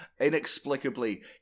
inexplicably